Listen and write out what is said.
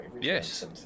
Yes